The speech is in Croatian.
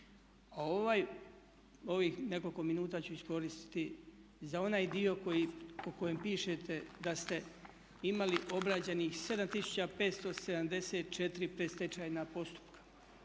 Ovih nekoliko minuta ću iskoristiti za onaj dio o kojem pišete da ste imali obrađenih 7574 predstečajna postupka.